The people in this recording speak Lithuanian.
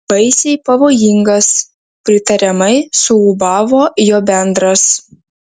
baisiai pavojingas pritariamai suūbavo jo bendras